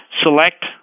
select